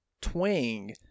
twang